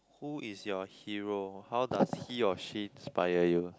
who is your hero how does he or she inspire you